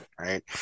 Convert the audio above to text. right